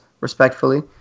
respectfully